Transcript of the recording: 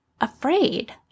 afraid